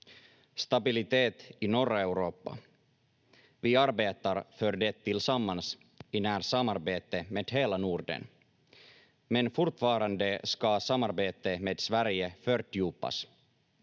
Stabilitet i norra Europa — vi arbetar för det tillsammans i nära samarbete med hela Norden, men fortfarande ska samarbetet med Sverige fördjupas.